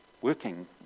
working